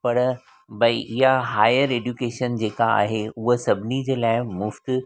पर बई इहा हायर एजुकेशन जेका आहे उहा सभिनी जे लाइ मुफ़्तु